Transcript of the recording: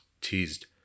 teased